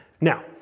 Now